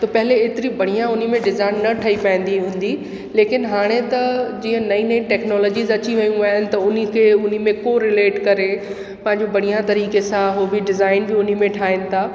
जो पहले एतिरी बढ़िया हुन में डिज़ाइन न पवंदी हूंदी लेकिनि हाणे त जीअं नई नई टैक्नोलॉजीस अची वेयूं आहिनि त हुनखे हुन में कोरिलेट करे पंहिंजो बढ़िया तरीक़े सां उहो बि डिज़ाइन हुन में ठाहिनि था